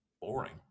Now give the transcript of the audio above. boring